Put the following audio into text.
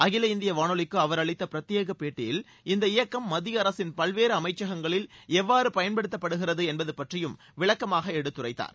அகில இந்திய வானொலிக்கு அவர் அளித்த பிரத்யேக பேட்டியில் இந்த இயக்கம் மத்திய அரசின் பல்வேறு அமைச்சகங்களில் எவ்வாறு பயன்படுத்தப்படுகிறது என்பது பற்றியும் விளக்கமாக எடுத்துரைத்தார்